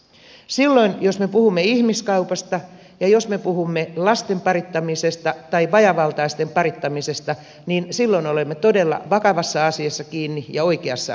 silloin jos me puhumme ihmiskaupasta ja jos me puhumme lasten parittamisesta tai vajaavaltaisten parittamisesta olemme todella vakavassa asiassa kiinni ja oikeassa asiassa kiinni